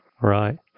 Right